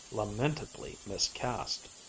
lamentably miscast.